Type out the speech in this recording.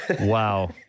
Wow